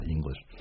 English